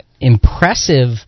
impressive